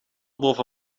boven